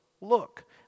Look